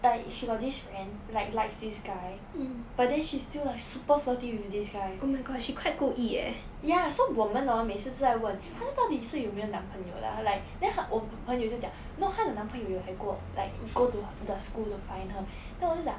like she got this friend like likes this guy but then she's still like super flirty with this guy ya so 我们 hor 每次就在问他到底是有没有男朋友的 ah like then 我朋友就讲 no 她的男朋友有来过 like go to her the school to find her then 我就讲